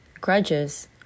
Grudges